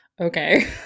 okay